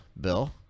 Bill